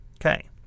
Okay